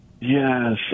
yes